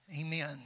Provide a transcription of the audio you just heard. Amen